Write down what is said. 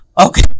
Okay